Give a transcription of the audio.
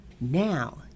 Now